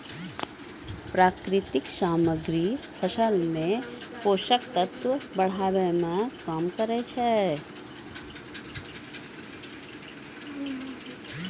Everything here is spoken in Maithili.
प्राकृतिक सामग्री फसल मे पोषक तत्व बढ़ाय में काम करै छै